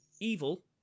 Evil